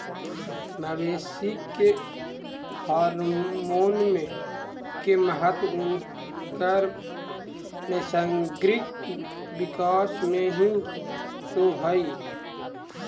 मवेशी के हॉरमोन के महत्त्व उनकर नैसर्गिक विकास में हीं तो हई